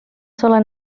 sola